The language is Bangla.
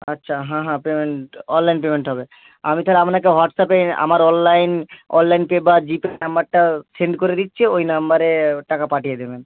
আচ্ছা হ্যাঁ হ্যাঁ পেমেন্ট অনলাইন পেমেন্ট হবে আমি তাহলে আপনাকে হোয়াটসঅ্যাপে আমার অললাইন অললাইন পে বা জিপে নম্বরটা সেন্ড করে দিচ্ছি ওই নম্বরে টাকা পাঠিয়ে দেবেন